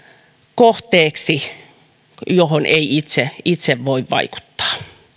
kohteeksi johon ei itse itse voi vaikuttaa